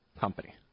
company